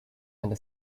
and